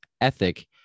ethic